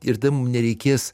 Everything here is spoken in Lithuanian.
ir tada mum nereikės